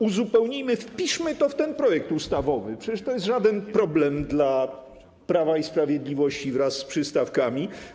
Uzupełnijmy, wpiszmy to w ten projekt ustawowy, przecież to nie jest żaden problem dla Prawa i Sprawiedliwości wraz z przystawkami.